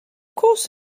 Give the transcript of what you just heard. course